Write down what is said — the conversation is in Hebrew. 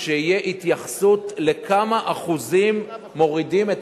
שתהיה התייחסות בכמה אחוזים מורידים את